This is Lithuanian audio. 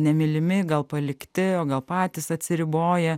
nemylimi gal palikti o gal patys atsiriboja